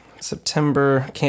September